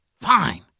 Fine